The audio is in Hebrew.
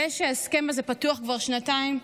זה שההסכם הזה פתוח כבר שנתיים,